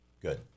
Good